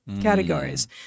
categories